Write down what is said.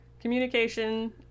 communication